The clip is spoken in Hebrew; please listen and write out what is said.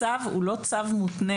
הצו הוא לא צו מותנה,